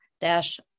dash